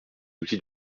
outil